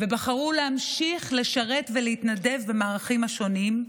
ובחרו להמשיך לשרת ולהתנדב במערכים השונים,